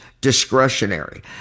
discretionary